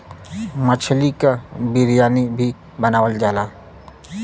मछली क बिरयानी भी बनावल जाला